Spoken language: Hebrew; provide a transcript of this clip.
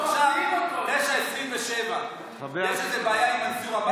עכשיו 21:27. יש איזו בעיה עם מנסור עבאס?